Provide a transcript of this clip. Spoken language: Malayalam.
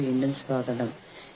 യൂണിയൻ സംഘടിപ്പിക്കുന്നത്